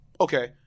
Okay